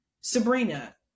Sabrina